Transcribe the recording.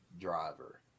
driver